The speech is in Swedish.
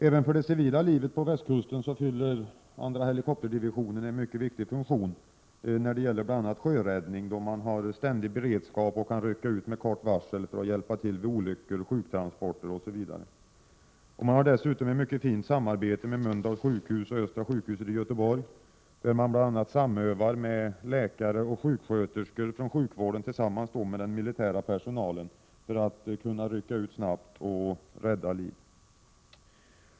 Även för det civila livet på västkusten fyller andra helikopterdivisionen en mycket viktig funktion, bl.a. när det gäller sjöräddning, då man har ständig beredskap och kan rycka ut med kort varsel för att hjälpa vid olyckor, sjukvårdstransporter osv. Divisionen har dessutom ett mycket fint samarbete med Mölndals sjukhus och Östra sjukhuset i Göteborg. Läkare och sjuksköterskor samövar med den militära personalen för att sedan kunna rycka ut snabbt och rädda liv.